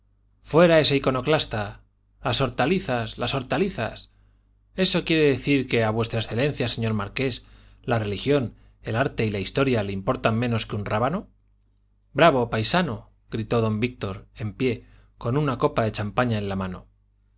fuera ese iconoclasta las hortalizas las hortalizas eso quiere decir que a v e señor marqués la religión el arte y la historia le importan menos que un rábano bravo paisano gritó don víctor en pie con una copa de champaña en la mano